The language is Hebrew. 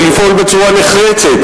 ולפעול בצורה נחרצת,